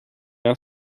are